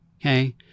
Okay